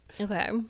okay